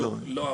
לא.